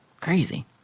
crazy